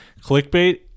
clickbait